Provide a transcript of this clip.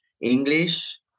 English